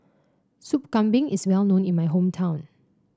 Sup Kambing is well known in my hometown